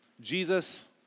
Jesus